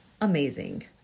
amazing